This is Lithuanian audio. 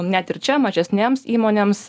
net ir čia mažesnėms įmonėms